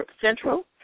central